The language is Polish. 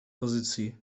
pozycji